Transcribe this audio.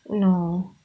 no